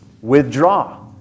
withdraw